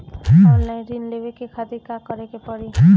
Online ऋण लेवे के खातिर का करे के पड़ी?